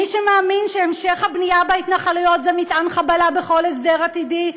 מי שמאמין שהמשך הבנייה בהתנחלויות זה מטען חבלה בכל הסדר עתידי,